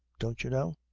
don't you know.